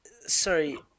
Sorry